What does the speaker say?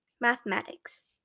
Mathematics